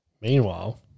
Meanwhile